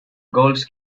goals